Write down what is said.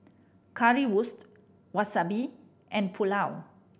Currywurst Wasabi and Pulao